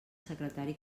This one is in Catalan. secretari